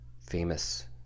famous